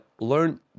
learn